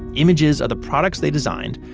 images of the products they designed,